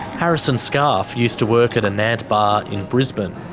harrison scarf used to work at a nant bar in brisbane.